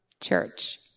Church